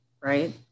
right